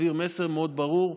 להעביר מסר מאוד ברור.